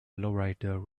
lowrider